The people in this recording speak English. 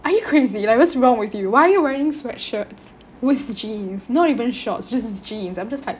are you crazy like what's wrong with you why are you wearing sweat shirts with the jeans not even shorts just jeans I'm just like